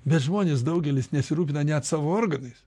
bet žmonės daugelis nesirūpina net savo organais